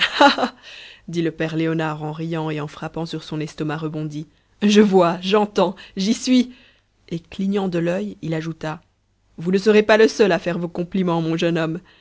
dit le père léonard en riant et en frappant sur son estomac rebondi je vois j'entends j'y suis et clignant de l'il il ajouta vous ne serez pas le seul à faire vos compliments mon jeune homme